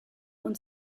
und